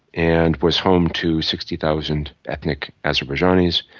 and was home to sixty thousand ethnic azerbaijanis.